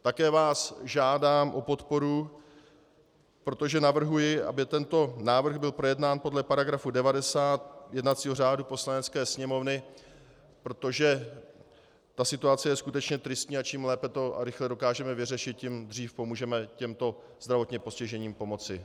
Také vás žádám o podporu, protože navrhuji, aby tento návrh byl projednán podle § 90 jednacího řádu Poslanecké sněmovny, protože situace je skutečně tristní a čím lépe a rychle to dokážeme vyřešit, tím dřív můžeme těmto zdravotně postiženým pomoci.